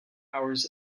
hours